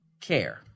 care